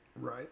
Right